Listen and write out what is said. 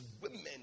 women